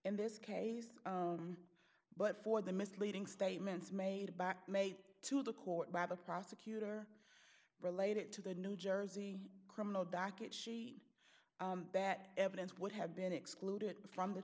in this case but for the misleading statements made back made to the court by the prosecutor related to the new jersey criminal docket sheet that evidence would have been excluded from the